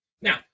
Now